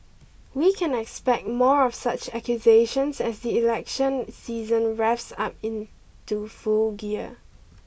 we can expect more of such accusations as the election season revs up into full gear